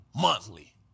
monthly